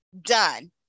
done